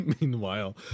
Meanwhile